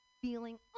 feeling